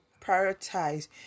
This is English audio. prioritize